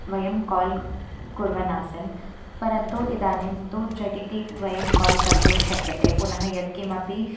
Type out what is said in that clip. वयं काल् कुर्वनासन् परन्तु इदानीं तु झटिति वयं काल् कर्तुं शक्यते पुनः यत्किमपि